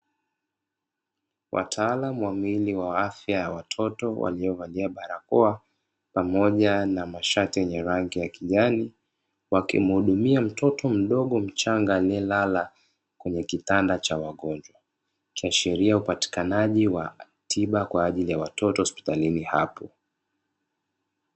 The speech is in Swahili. Wataalamu wa miili wa afya wa watoto waliovalia barakoa pamoja na mashati yenye rangi ya kijani, wakimuhudumia mtoto mdogo mchanga aliyelala kwenye kitanda cha wagonjwa, ikiashiria upatikanaji wa tiba kwa ajili ya watoto hospitalini hapo.